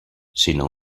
sinó